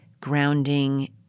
grounding